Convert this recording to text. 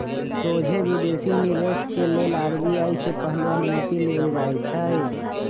सोझे विदेशी निवेश के लेल आर.बी.आई से पहिले अनुमति लेल जाइ छइ